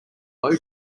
low